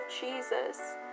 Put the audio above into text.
Jesus